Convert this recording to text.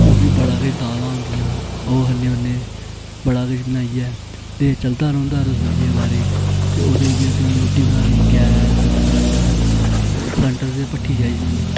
होर बी बड़ा किश दालां होंदियां ओह् खन्ने होन्ने बड़ा किश बनाइयै ते चलदा रौंहदा ते ओहदी च असें रुट्टी बनानी गैस सलेंडर सलेंडर ते भट्टी चाही दी होंदी